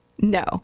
No